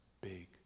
big